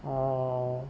orh